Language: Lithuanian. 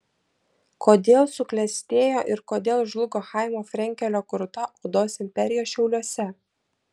kodėl suklestėjo ir kodėl žlugo chaimo frenkelio kurta odos imperija šiauliuose